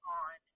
on